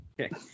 Okay